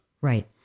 Right